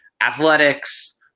athletics